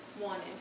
wanted